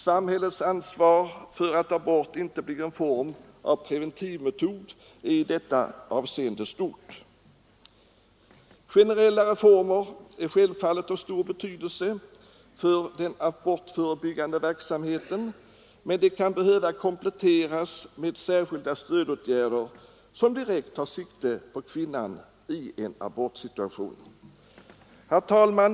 Samhällets ansvar för att abort inte blir en form av preventivmetod är i detta avseende stort. Generellare former är självfallet av stor betydelse för den abortförebyggande verksamheten, men de kan behöva kompletteras med särskilda stödåtgärder, som direkt tar sikte på kvinnan i en abortsituation. Herr talman!